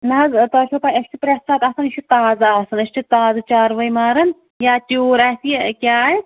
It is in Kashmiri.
نَہ حظ تۄہہِ چھُوا پاے أسۍ چھِ پرٮ۪تھ ساتہٕ آسان یہِ چھُ تازٕ آسان أسۍ چھِ تازٕ چاروٲے ماران یا تیوٗر آسہِ یا کیاہ آسہِ